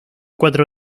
cuatro